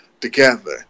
together